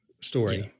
story